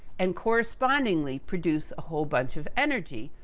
and, correspondingly, produce a whole bunch of energy,